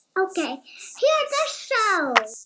ok. here the show